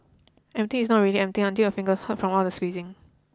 empty is not really empty until your fingers hurt from all the squeezing